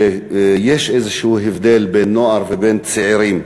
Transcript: שיש איזה הבדל בין נוער ובין צעירים.